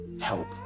help